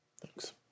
Thanks